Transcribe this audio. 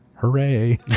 Hooray